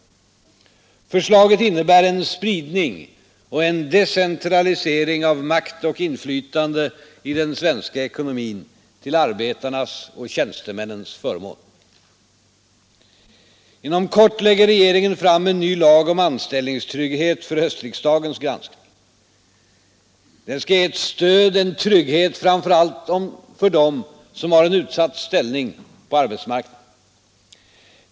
Förslaget innebär en spridning och en decentralisering av makt och inflytande i den svenska ekonomin till arbetarnas och tjänstemännens illningstrygghet för höstriksdagens granskning. Den skall ge ett stöd, en trygghet framför allt för dem som har en utsatt ställning på arbetsmarknaden.